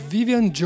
Vivian